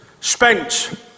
spent